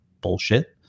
Bullshit